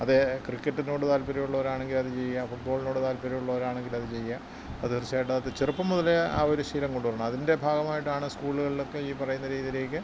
അതെ ക്രിക്കറ്റിനോട് താത്പര്യം ഉള്ളവർ ആണെങ്കിൽ അതു ചെയ്യാം ഫുട്ബോളിനോടു താത്പര്യം ഉള്ളവർ ആണെങ്കിൽ അതു ചെയ്യാം അത് തീർച്ചയായിട്ടും അത് ചെറുപ്പം മുതലെ ആ ഒരു ശീലം കൊണ്ടുവരണം അതിൻ്റെ ഭാഗമായിട്ട് ആണ് സ്കൂളുകളിലൊക്കെ ഈ പറയുന്ന രീതിയിലേക്ക്